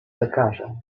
lekarzem